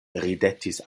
ridetis